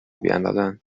بیندازند